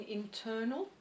internal